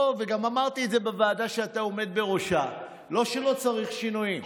אמרתי גם את זה בוועדה שאתה עומד בראשה: זה לא שלא צריך שינויים,